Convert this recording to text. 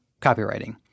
copywriting